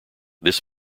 this